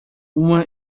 uma